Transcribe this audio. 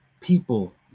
people